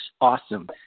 awesome